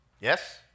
Yes